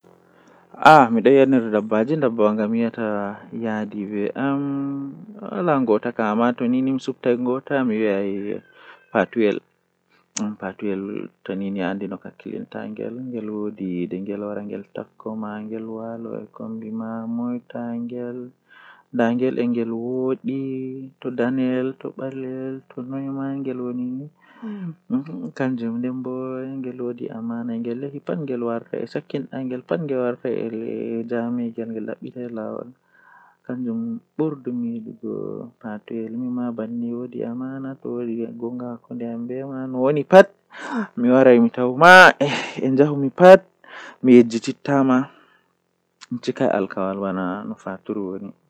Didi, Nay, Jweego, Jweedidi, Jweetati, Jweenay, Sappo, Sappo e joye, Sappo e jweedidi, Noogas.